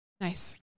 Nice